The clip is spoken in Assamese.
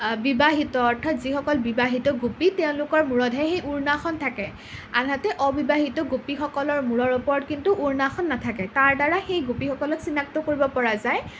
বিবাহিত অৰ্থাৎ যিসকল বিবাহিত গোপী তেওঁলোকৰ মূৰতহে সেই উৰ্নাখন থাকে আনহাতে অবিবাহিত গোপীসকলৰ মূৰৰ ওপৰত কিন্তু উৰ্নাখন নাথাকে তাৰ দ্বাৰা সেই গোপীসকলক চিনাক্ত কৰিব পৰা যায়